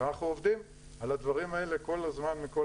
אנחנו עובדים על הדברים האלה כל הזמן מכל